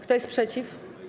Kto jest przeciw?